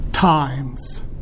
times